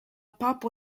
papo